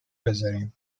بزاریم